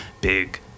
big